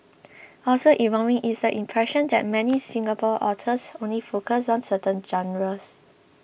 also evolving is the impression that many Singapore authors only focus on certain genres